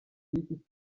y’iki